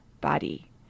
body